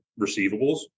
receivables